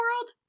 world